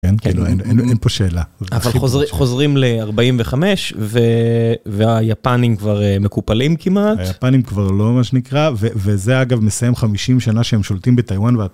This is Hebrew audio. אין פה שאלה. אבל חוזרים ל-45, והיפנים כבר מקופלים כמעט. היפנים כבר לא מה שנקרא, וזה אגב מסיים 50 שנה שהם שולטים בטיוואן.